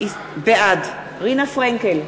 בעד רינה פרנקל,